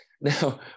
Now